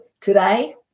today